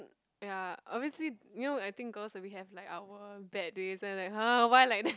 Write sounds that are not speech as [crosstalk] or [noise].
ya obviously you know I think girls where we have like our bad days then like !huh! why like that [laughs]